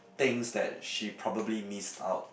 things that she probably miss out